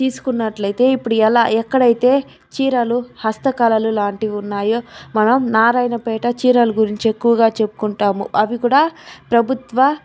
తీసుకున్నట్లయితే ఇప్పుడు ఎలా ఎక్కడయితే చీరలు హస్తకళలు లాంటివి ఉన్నాయో మనం నారాయణపేట చీరల గురించి ఎక్కువగా చెప్పుకుంటాము అవి కూడా ప్రభుత్వ